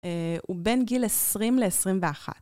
ובין גיל 20 ל-21.